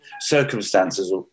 circumstances